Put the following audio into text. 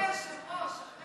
כבוד היושב-ראש.